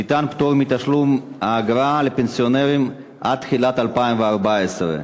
ניתן פטור מתשלום האגרה לפנסיונרים עד תחילת 2014,